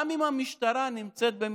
גם אם המשטרה נמצאת במרדף,